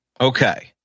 Okay